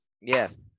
yes